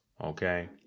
Okay